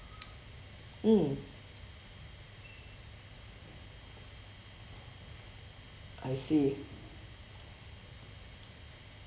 mm I see